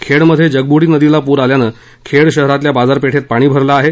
खेडमध्ये जगबूडी नदीला पूर आल्यानं खेड शहरातल्या बाजारपेठेत पाणी भरलं आहे